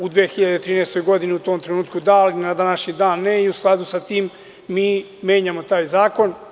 U 2013. godini, u tom trenutku da, ali na današnji dan ne i u skladu sa tim mi menjamo taj zakon.